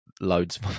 loads